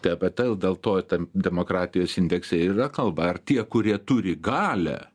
tai apie tai dėl to tam demokratijos indekse ir yra kalba ar tie kurie turi galią